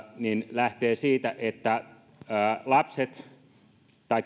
lähtee siitä että lapset tai